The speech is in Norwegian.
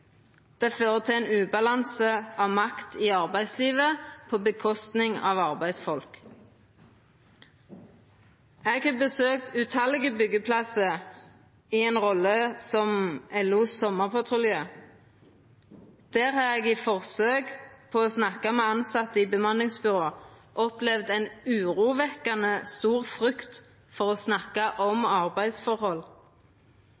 det fører til ein ubalanse av makt i arbeidslivet på kostnad av arbeidsfolk. Eg har besøkt tallause byggeplassar i ei rolle som LOs sommarpatrulje. Der har eg i forsøk på å snakka med tilsette i bemanningsbyrå opplevd ein urovekkjande stor frykt for å snakka